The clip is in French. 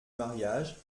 mariage